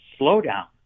slowdown